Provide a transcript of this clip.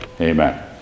Amen